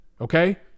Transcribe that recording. okay